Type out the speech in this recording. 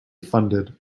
funded